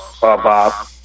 Bob